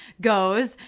goes